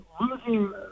losing